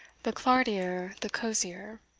the clartier the cosier.